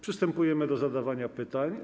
Przystępujemy do zadawania pytań.